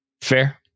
Fair